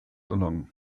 along